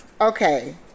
Okay